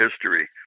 history